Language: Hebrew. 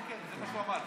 כן, כן, זה מה שהוא אמר לי.